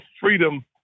freedom